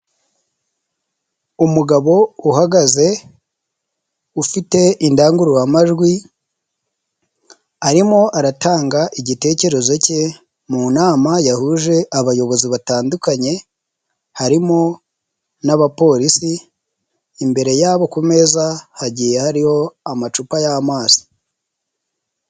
Umugabo uhagaze ufite indangururamajwi arimo aratanga igitekerezo cye mu nama yahuje abayobozi batandukanye, harimo n'abapolisi imbere yabo ku meza hagiye hariho amacupa y'amazi.